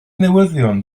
newyddion